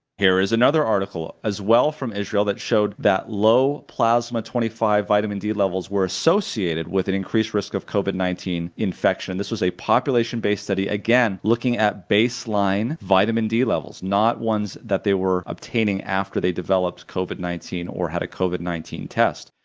here is another article as well from israel that showed that low plasma twenty five hydroxy vitamin d levels were associated with an increased risk of covid nineteen infection. this was a population-based study, again looking at baseline vitamin d levels not ones that they were obtaining after they developed covid nineteen or had a covid nineteen test,